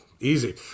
Easy